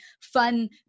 fun